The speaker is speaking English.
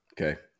Okay